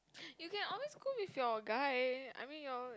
you can always go with your guy I mean y'all like